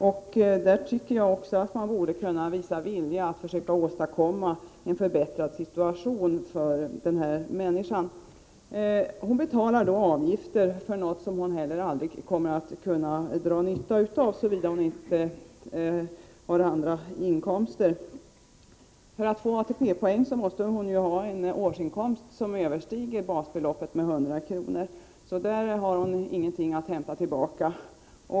Man borde där kunna visa vilja att åstadkomma en förbättrad situation för den här kvinnan. Hon betalar avgift för något som hon aldrig kommer att kunna dra nytta av, såvida hon inte har andra inkomster. För att få ATP-poäng måste hon ha en årsinkomst som överstiger basbeloppet med 100 kr. Där har hon alltså ingenting att hämta tillbaka.